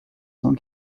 cent